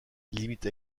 limite